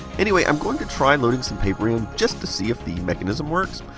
anyway, i'm going to try loading some paper in just to see if the mechanism works.